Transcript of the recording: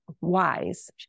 wise